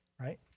right